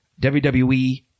WWE